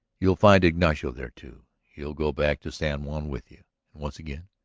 you'll find ignacio there, too he'll go back to san juan with you. and, once again,